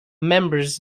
members